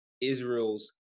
Israel's